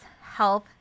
Health